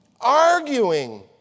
arguing